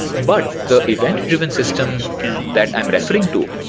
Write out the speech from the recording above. but the event-driven system that i'm referring to,